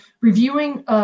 reviewing